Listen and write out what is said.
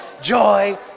joy